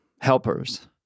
helpers